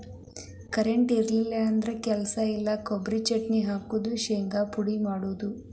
current ಇಲ್ಲಿಕಂದ್ರ ಕೆಲಸ ಇಲ್ಲಾ, ಕೊಬರಿ ಚಟ್ನಿ ಹಾಕುದು, ಶಿಂಗಾ ಪುಡಿ ಮಾಡುದು